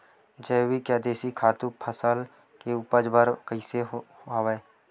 जैविक या देशी खातु फसल के उपज बर कइसे होहय?